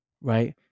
right